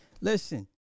listen